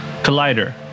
Collider